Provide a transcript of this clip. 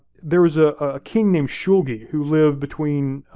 there was a ah king named shulgi who lived between